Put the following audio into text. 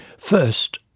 first,